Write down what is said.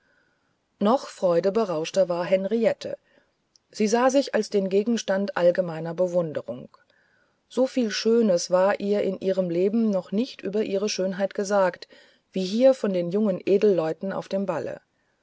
noch freudeberauschter war henriette sie sah sich als den gegenstand allgemeiner bewunderung so viel schönes war ihr in ihrem leben noch nicht über ihre schönheit gesagt wie hier von den jungen edelleuten auf dem balle